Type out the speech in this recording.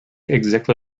exactly